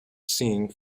seeing